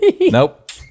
nope